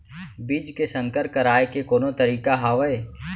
बीज के संकर कराय के कोनो तरीका हावय?